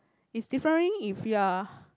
is differing if you are